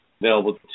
available